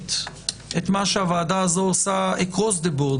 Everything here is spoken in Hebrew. הולמת את מה שהוועדה הזו עושה across the board.